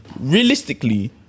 Realistically